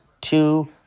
two